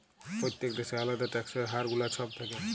প্যত্তেক দ্যাশের আলেদা ট্যাক্সের হার গুলা ছব থ্যাকে